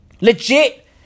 Legit